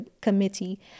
committee